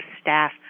staff